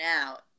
Out